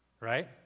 right